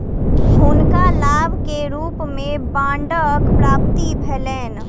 हुनका लाभ के रूप में बांडक प्राप्ति भेलैन